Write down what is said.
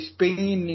Spain